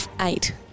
Eight